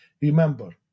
Remember